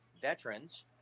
veterans